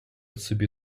собі